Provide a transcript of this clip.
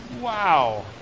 Wow